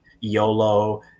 yolo